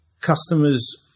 customers